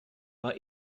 war